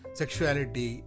sexuality